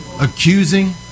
accusing